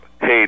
hey